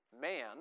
Man